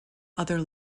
other